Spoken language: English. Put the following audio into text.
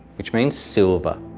which means silver.